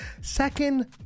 Second